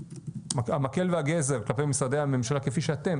והמקל והגזר כלפי משרדי הממשלה כפי שאתם,